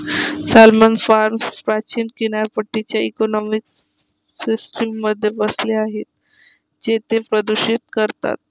salmon farms प्राचीन किनारपट्टीच्या इकोसिस्टममध्ये बसले आहेत जे ते प्रदूषित करतात